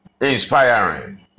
Inspiring